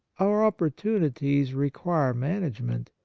our opportunities require management,